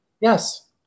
Yes